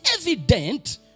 evident